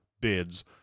bids